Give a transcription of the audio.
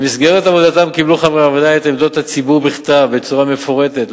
במסגרת עבודתם קיבלו חברי הוועדה את עמדות הציבור בכתב בצורה מפורטת,